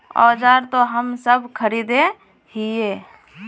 औजार तो हम सब खरीदे हीये?